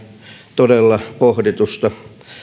todella pohditusta